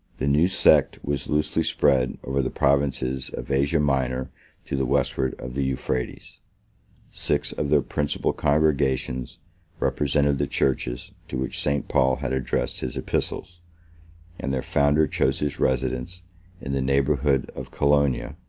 the new sect was loosely spread over the provinces of asia minor to the westward of the euphrates six of their principal congregations represented the churches to which st. paul had addressed his epistles and their founder chose his residence in the neighborhood of colonia,